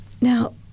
Now